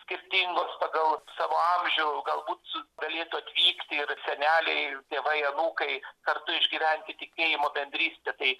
skirtingos pagal savo amžių galbūt galėtų atvykti ir seneliai tėvai anūkai kartu išgyventi tikėjimo bendrystę tai